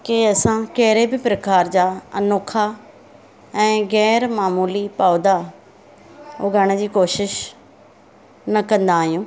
की असां कहिड़े बि प्रकार जा अनोखा ऐं ग़ैर मामुली पौधा उगाइण जी कोशिश न कंदा आहियूं